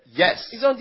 yes